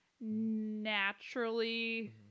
naturally